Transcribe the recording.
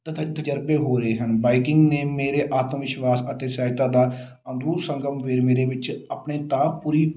ਤ ਤਜ਼ਰਬੇ ਹੋ ਰਹੇ ਹਨ ਬਾਈਕਿੰਗ ਨੇ ਮੇਰੇ ਆਤਮ ਵਿਸ਼ਵਾਸ ਅਤੇ ਸਹਾਇਤਾ ਦਾ ਅੰਗੂਰ ਸੰਗਮ ਵੀ ਮੇਰੇ ਵਿੱਚ ਆਪਣੇ ਤਾਂ ਪੂਰੀ